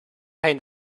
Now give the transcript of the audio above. pain